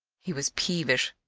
he was peevish.